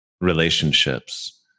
relationships